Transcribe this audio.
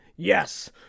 Yes